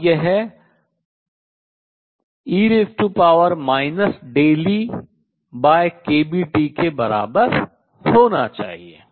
और यह e EkBT के बराबर होना चाहिए